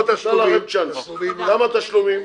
כמה תשלומים?